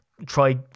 Try